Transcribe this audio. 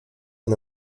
and